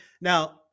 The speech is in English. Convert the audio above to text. Now